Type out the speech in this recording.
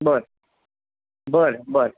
बर बर बर